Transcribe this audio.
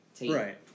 Right